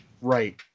Right